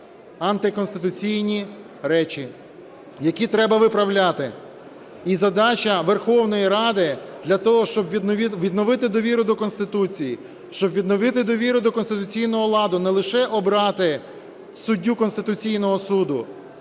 антиконституційні речі, які треба виправляти. І задача Верховної Ради, для того щоб відновити довіру до Конституції, щоб відновити довіру до конституційного ладу, не лише обрати суддю Конституційного Суду,